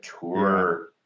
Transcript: tour